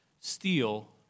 steal